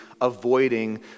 avoiding